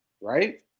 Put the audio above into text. right